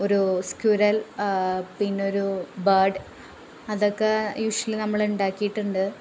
ഒരു സ്ക്കുരൽ പിന്നൊരു ബേഡ് അതൊക്കെ യൂഷ്യലി നമ്മളുണ്ടാക്കിയിട്ടുണ്ട്